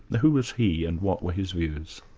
who was he and what were his views?